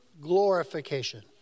glorification